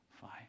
five